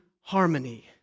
harmony